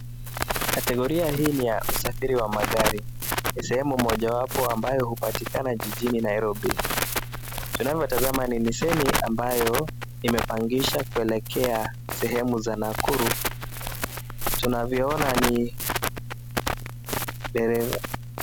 Kategoria hii ni ya usafiri wa magari sehemu mojawapo ambayo hupatikana jijini Nairobi ,tunavyotazama ni nisani ambayo imepangisha kuelekea sehemu za Nakuru tunavyoona ni dereva.